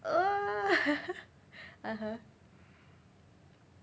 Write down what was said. (uh huh)